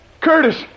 Curtis